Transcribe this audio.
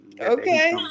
Okay